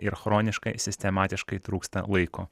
ir chroniškai sistematiškai trūksta laiko